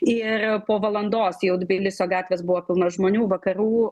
ir po valandos jau tbilisio gatvės buvo pilnos žmonių vakarų